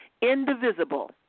indivisible